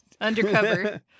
undercover